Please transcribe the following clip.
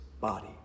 body